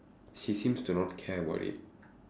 she seems to not care about it